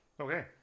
Okay